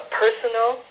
personal